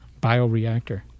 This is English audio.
Bioreactor